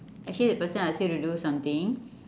actually the person ask you to do something